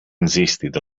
insisted